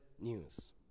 news